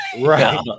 right